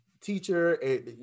teacher